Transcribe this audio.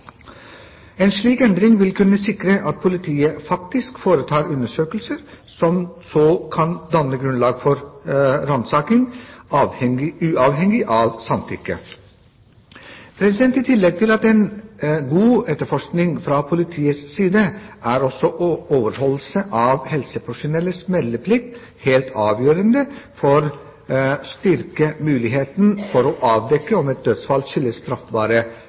En slik endring vil kunne sikre at politiet faktisk foretar undersøkelser, som så kan danne grunnlag for ransaking uavhengig av samtykke. I tillegg til en god etterforskning fra politiets side er også overholdelse av helsepersonells meldeplikt helt avgjørende for å styrke muligheten til å avdekke om et dødsfall skyldes straffbare